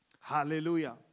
Hallelujah